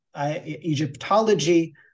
Egyptology